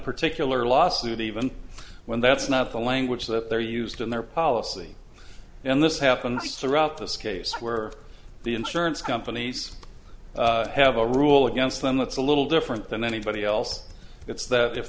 particular lawsuit even when that's not the language that they're used in their policy and this happens throughout this case were the insurance companies have a rule against them that's a little different than anybody else it's that if